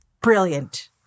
brilliant